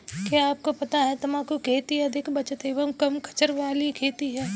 क्या आपको पता है तम्बाकू की खेती अधिक बचत एवं कम खर्च वाली खेती है?